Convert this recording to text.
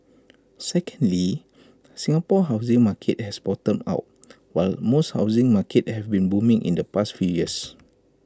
secondly Singapore's housing market has bottomed out while most housing markets have been booming in the past few years